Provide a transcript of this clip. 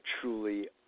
truly